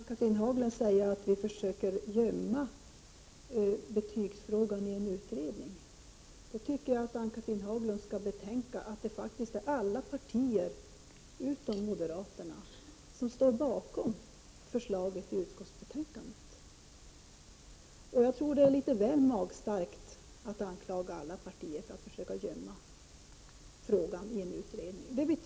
Herr talman! Jag blev konfunderad när jag hörde Ann-Cathrine Haglund säga att vi i utskottsmajoriteten försöker gömma betygsfrågan i en utredning. Ann-Cathrine Haglund må betänka att alla partier utom moderaterna står bakom förslaget i utskottsbetänkandet. Det är litet väl magstarkt att anklaga alla övriga partier för att försöka gömma betygsfrågan i en utredning.